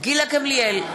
גילה גמליאל,